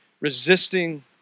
resisting